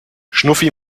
schnuffi